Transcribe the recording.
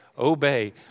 Obey